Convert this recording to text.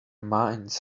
mines